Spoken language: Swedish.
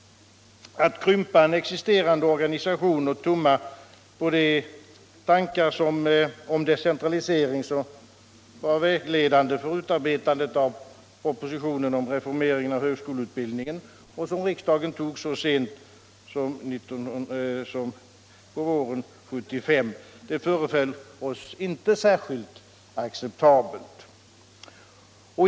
Att krympa en existerande organisation på grundval av de tankar om decentralisering som var vägledande för utarbetandet av propositionen om reformering av högskoleutbildningen — som riksdagen tog så sent som på våren 1975 — föreföll oss inte acceptabelt.